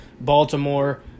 Baltimore